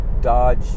Dodge